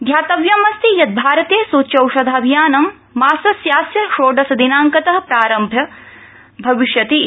ध्यातव्यमस्ति यत् भारते सूच्यौषध अभियानं मासस्यास्य षोडश दिनांकत प्रारम्भं भविष्यति इति